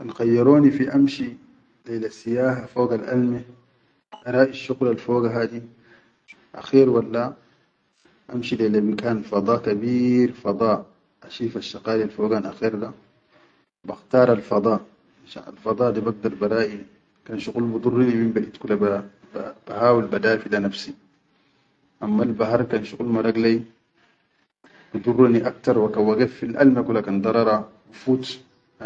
Kan khayyaroni fi amshi lai le siyaha fogal alme araʼisshuqulal foga hadi akher walla amshi lal le bikan fada kabeer fada ashifasshaul alfogan akher da, bakhtaral fada, finshan alfada di bagdar baraʼi kan shuqul bidurrini min baʼid kula ba bahawil badafi le nafsi, ammal bahar kan shuqul marak lai bidurruni aktar wa kan waget fil bahar kula darara bifut.